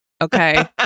okay